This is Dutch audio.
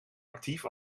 actief